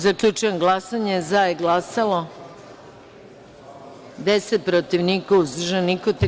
Zaključujem glasanje: za je glasalo – 10, protiv – niko, uzdržanih – nema.